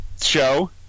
show